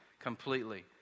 completely